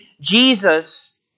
Jesus